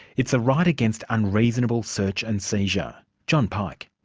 it's a right against unreasonable search and seizure. john pike.